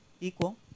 equal